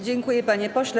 Dziękuję, panie pośle.